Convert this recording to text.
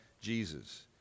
Jesus